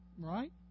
right